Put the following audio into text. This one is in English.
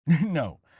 No